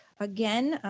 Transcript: again,